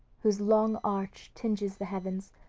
whose long arch tinges the heavens,